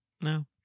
no